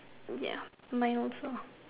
ya mine also